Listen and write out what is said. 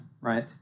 right